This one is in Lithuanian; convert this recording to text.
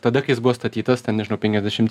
tada kai jis buvo statytas ten nežinau penkiasdešimti